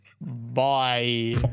Bye